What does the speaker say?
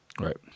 Right